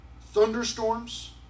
thunderstorms